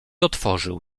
otworzył